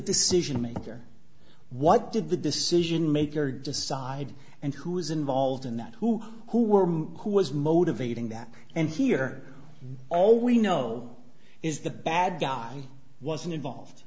decision maker what did the decision maker decide and who was involved in that who who were who was motivating that and here all we know is the bad guy wasn't involved